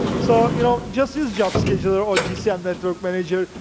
so you know just use job schedule error ah gcn network manager.